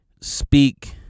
speak